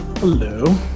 Hello